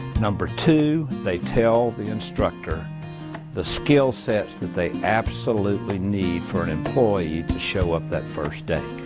number two, they tell the instructor the skill sets that they absolutely need for an employee to show up that first day.